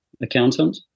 accountant